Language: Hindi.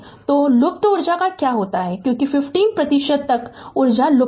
तो लुप्त ऊर्जा का क्या होता है क्योंकि 50 प्रतिशत तक लुप्त है